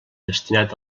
destinat